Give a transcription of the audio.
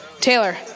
Taylor